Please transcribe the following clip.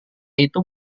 itu